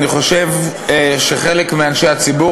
אני חושב שחלק מאנשי הציבור,